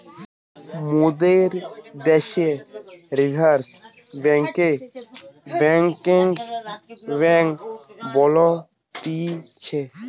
মোদের দ্যাশে রিজার্ভ বেঙ্ককে ব্যাঙ্কার্স বেঙ্ক বলতিছে